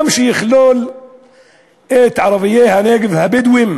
שיכלול גם את ערביי הנגב והבדואים